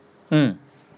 mm